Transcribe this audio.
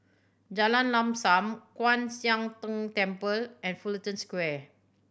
Jalan Lam Sam Kwan Siang Tng Temple and Fullerton Square